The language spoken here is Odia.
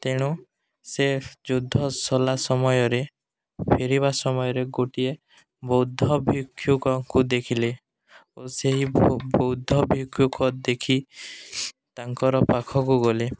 ତେଣୁ ସେ ଯୁଦ୍ଧ ସରିଲା ସମୟରେ ଫେରିବା ସମୟରେ ଗୋଟିଏ ବୌଦ୍ଧ ଭିକ୍ଷୁକଙ୍କୁ ଦେଖିଲେ ଓ ସେହି ବୌଦ୍ଧ ଭିକ୍ଷୁକ ଦେଖି ତାଙ୍କର ପାଖକୁ ଗଲେ